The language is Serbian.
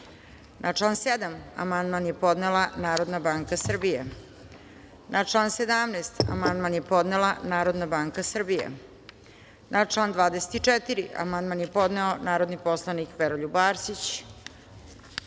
član 7. amandman je podnela Narodna banka Srbije. Na član 17. amandman je podnela Narodna banka Srbije. Na član 24. amandman je podneo narodni poslanik Veroljub Arsić. Na